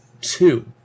two